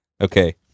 Okay